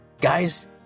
Guys